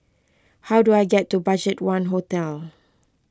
how do I get to Budgetone Hotel